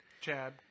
Chad